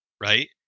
Right